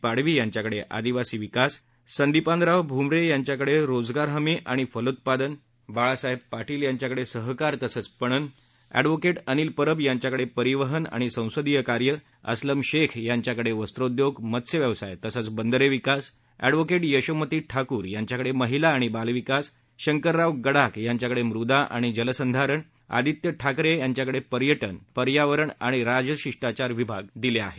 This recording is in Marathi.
पाडवी यांच्याकडे आदिवासी विकास संदिपानराव भूमरे यांच्याकडे रोजगार हमी आणि फलोत्पादन बाळासाहेब पार्टील यांच्याकडे सहकार तसंच पणन अँडव्होके अनिल परब यांच्याकडे परिवहन आणि संसदीय कार्य अस्लम शेख यांच्याकडे वस्त्रोद्योग मत्स्य व्यवसाय तसंच बंदरे विकास एडव्होके प्रशोमती ठाकूर यांच्याकडे महिला आणि बालविकास शंकराराव गडाख यांच्याकडे मृदा आणि जलसंधारण आदित्य ठाकरे यांच्याकडे पर्याजे पर्यावरण आणि राजशिष्टाचार ही खाती दिली आहेत